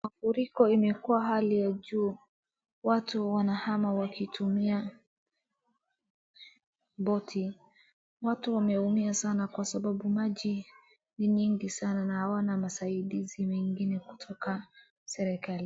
Mafuriko imekuwa hali ya juu. Watu wanahama kutumia boti. Watu wameumia sana kwa sababu maji ni nyingi sana na hawana masaidizi wengine kutoka serikalini.